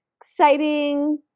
exciting